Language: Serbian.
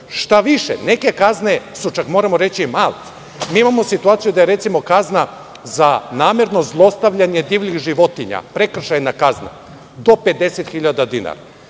Štaviše, neke kazne su, čak moramo reći, i male. Imamo situaciju da je, recimo, kazna za namerno zlostavljanje divljih životinja prekršajna kazna do 50.000 dinara. Dakle,